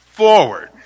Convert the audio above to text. forward